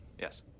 Yes